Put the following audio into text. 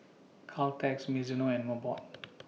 Caltex Mizuno and Mobot